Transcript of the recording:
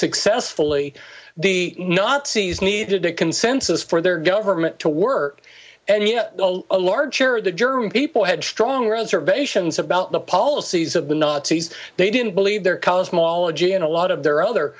successfully the nazis needed a consensus for their government to work and yet a large share of the german people had strong reservations about the policies of the nazis they didn't believe their cosmology and a lot of their other